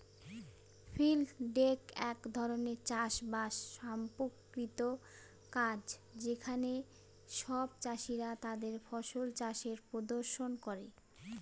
field day এক ধরনের চাষ বাস সম্পর্কিত কাজ যেখানে সব চাষীরা তাদের ফসল চাষের প্রদর্শন করে